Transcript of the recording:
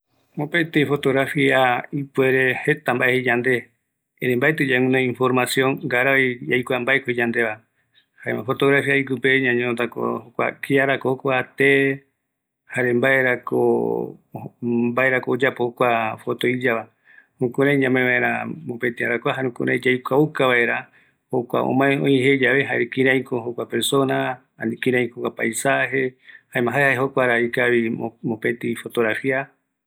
Kua ääreta jaeko omombeu oï yandeve kiako, mbaeko oyapo jokua ää iya, kuarupi ou yemombaendua ikavigue opaetevape, omombeu öi kïraiko arakae yave va